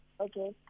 Okay